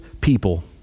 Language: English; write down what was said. people